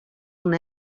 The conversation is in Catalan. una